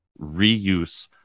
reuse